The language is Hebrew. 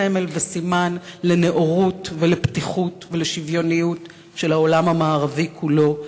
סמל וסימן לנאורות ולפתיחות ולשוויוניות של העולם המערבי כולו.